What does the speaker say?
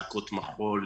להקות מחול,